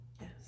Yes